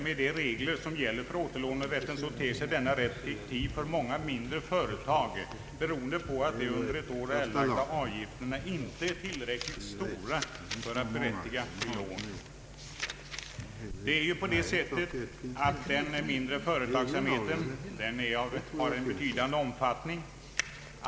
Med de regler som gäller för återlånen ter sig denna rätt för många mindre företag som fiktiv, beroende på att de under ett år erlagda avgifterna inte är tillräckligt stora för att berättiga till lån. Det är ju på det sättet att den mindre företagsamheten har betydande omfattning.